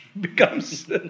becomes